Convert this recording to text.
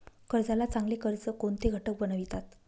कर्जाला चांगले कर्ज कोणते घटक बनवितात?